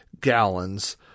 gallons